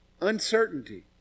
Uncertainty